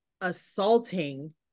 assaulting